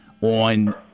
on